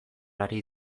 ari